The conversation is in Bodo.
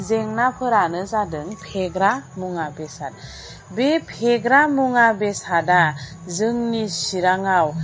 जेंनाफोरानो जादों फेग्रा मुङा बेसाद बे फेग्रा मुङा बेसादा जोंनि चिराङाव